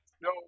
No